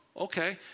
okay